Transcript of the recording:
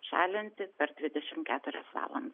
šalinti per dvidešimt keturias valandas